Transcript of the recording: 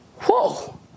whoa